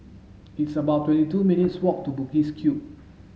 it's about twenty two minutes' walk to Bugis Cube